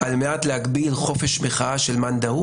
על מנת להגביל חופש מחאה של מאן דהוא